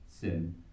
sin